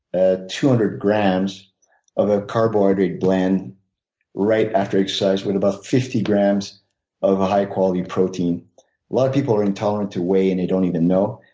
ah two hundred grams of a carbohydrate blend right after exercise with about fifty grams of a high quality protein. a lot of people are intolerant to whey and they don't even know.